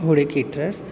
Hole caterers